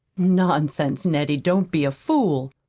nonsense, nettie, don't be a fool,